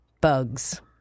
Bugs